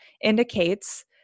indicates